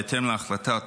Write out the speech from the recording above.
בהתאם להחלטת